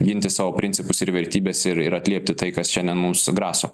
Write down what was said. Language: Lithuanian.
ginti savo principus ir vertybes ir ir atliepti tai kas šiandien mums graso